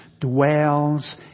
dwells